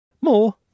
More